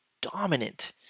dominant